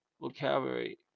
vocabulary